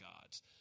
gods